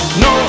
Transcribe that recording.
no